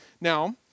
Now